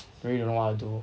really don't know what to do